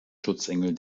schutzengel